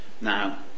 Now